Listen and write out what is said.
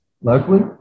locally